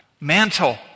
mantle